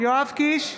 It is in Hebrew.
יואב קיש,